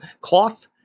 cloth